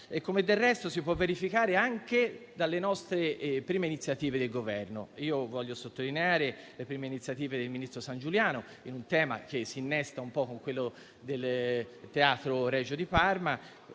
come del resto si può verificare anche dalle nostre prime iniziative di Governo. Io vorrei sottolineare le prime iniziative del ministro Sangiuliano su un tema che si coniuga con quello del Teatro Regio di Parma,